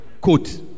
quote